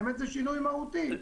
זה באמת שינוי מהותי.